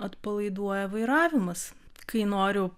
atpalaiduoja vairavimas kai noriu